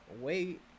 wait